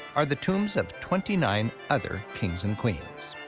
are the tombs of twenty nine other kings and queens.